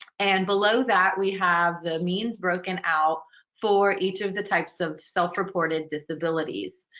and below that, we have the means broken out for each of the types of self-reported disabilities.